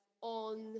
on